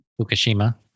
Fukushima